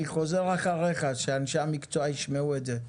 אני חוזר אחריך, שאנשי המקצוע ישמעו את זה.